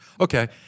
Okay